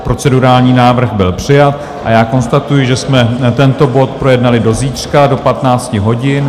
Procedurální návrh byl přijat a já konstatuji, že jsme tento bod přerušili do zítřka do 15 hodin.